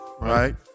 Right